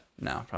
no